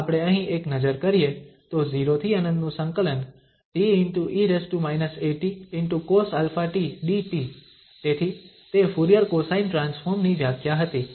જો આપણે અહીં એક નજર કરીએ તો 0∫∞ te−atcosαt dt તેથી તે ફુરીયર કોસાઇન ટ્રાન્સફોર્મ ની વ્યાખ્યા હતી